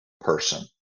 person